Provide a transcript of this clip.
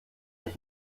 ich